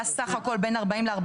היה סך הכל 40-45,